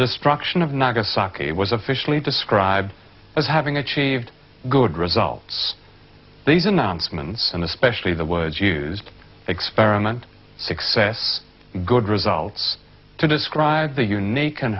destruction of nagasaki was officially described as having achieved good results these announcements and especially the words used experiment success good results to describe the unique and